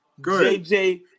JJ